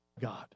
God